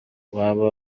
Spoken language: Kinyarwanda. waba